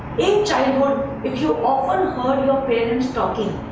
in childhood if you often heard your parents talking.